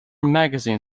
magazine